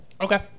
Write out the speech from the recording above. Okay